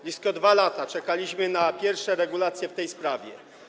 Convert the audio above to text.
Blisko 2 lata czekaliśmy na pierwsze regulacje w tej sprawie.